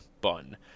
bun